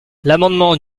l’amendement